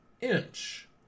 inch